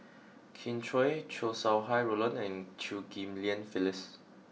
Kin Chui Chow Sau Hai Roland and Chew Ghim Lian Phyllis